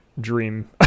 dream